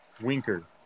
Winker